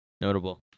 notable